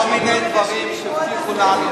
כל מיני דברים שהבטיחו לנו,